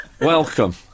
welcome